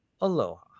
Aloha